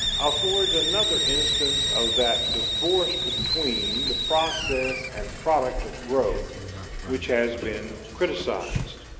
affords another instance of that divorce between the process and product of growth which has been criticized.